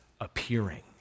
appearing